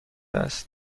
است